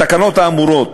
התקנות האמורות,